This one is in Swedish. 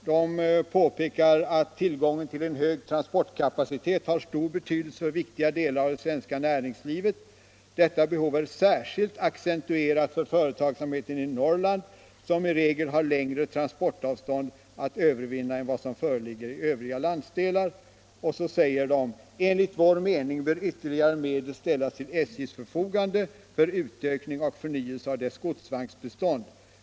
De påpekar att tillgången till en hög transportkapacitet har stor betydelse för viktiga delar av svenskt näringsliv. Vidare heter det: ”Detta behov är särskilt accentuerat för företagsamheten i Norrland, som i regel har längre transportavstånd att övervinna än vad som föreligger i övriga landsdelar. Enligt vår mening bör ytterligare medel ställas till SJ:s förfogande för utökning och förnyelse av dess godsvagnsbestånd.